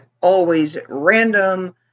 always-random